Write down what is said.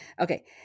Okay